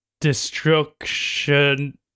destruction